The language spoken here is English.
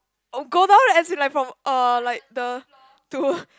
oh as in like from uh like the to